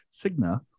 Cigna